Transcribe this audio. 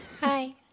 Hi